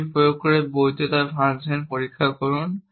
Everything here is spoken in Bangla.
এটি প্রয়োগ করে বৈধতা ফাংশন পরীক্ষা করুন